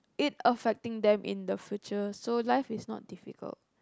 it affecting them in the future so life is not difficult